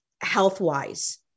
health-wise